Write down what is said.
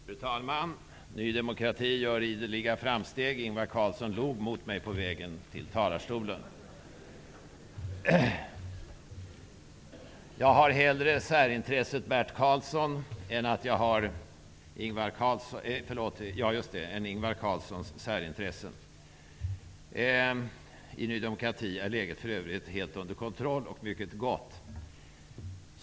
Fru talman! Ny demokrati gör ideliga framsteg; Ingvar Carlsson log mot mig på väg från talarstolen. Jag har hellre särintresset Bert Karlsson än Ingvar Carlssons särintressen. I Ny demokrati är för övrigt läget helt under kontroll och mycket gott.